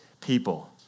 people